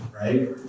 right